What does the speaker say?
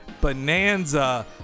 bonanza